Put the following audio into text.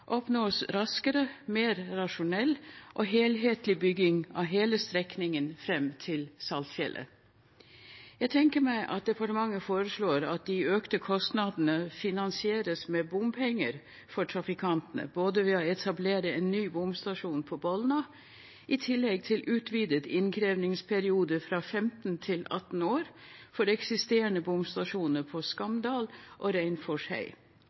oppnås en raskere og mer rasjonell og helhetlig bygging av hele strekningen fram til Saltfjellet. Jeg tenker meg at departementet foreslår at de økte kostnadene finansieres med bompenger for trafikantene ved å etablere en ny bomstasjon på Bolna i tillegg til en utvidet innkrevingsperiode fra 15 til 18 år for de eksisterende bomstasjonene på Skamdal og